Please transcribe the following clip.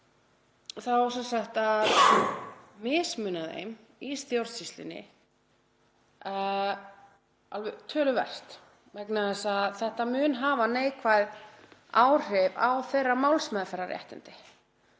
á sem sagt að mismuna þeim í stjórnsýslunni og alveg töluvert vegna þess að þetta mun hafa neikvæð áhrif á málsmeðferðarréttindi